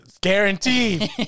Guaranteed